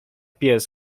pies